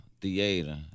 Theater